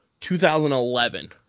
2011